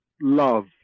love